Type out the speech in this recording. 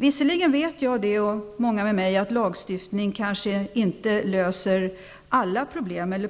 Visserligen vet jag och många med mig att lagstifning i sig själv kanske inte löser problemen,